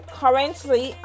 currently